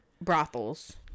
brothels